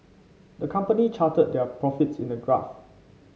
the company charted their profits in a graph